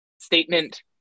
statement